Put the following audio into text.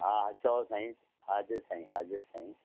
हा चओ साईं हाज़िर साईं हाज़िर साईं